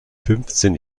fünfzehn